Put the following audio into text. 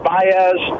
Baez